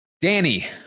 Danny